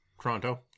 Toronto